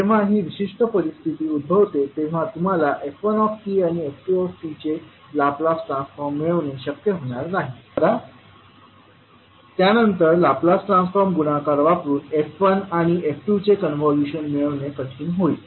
जेव्हा ही विशिष्ट परिस्थिती उद्भवते तेव्हा तुम्हाला f1 आणि f2 चे लाप्लास ट्रान्सफॉर्म मिळविणे शक्य होणार नाही आणि त्यानंतर लाप्लास ट्रान्सफॉर्म गुणाकार वापरुन f1आणि f2चे कॉन्व्होल्यूशन मिळवणे कठीण होईल